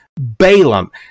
Balaam